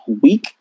Week